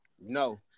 No